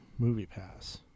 MoviePass